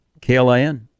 KLIN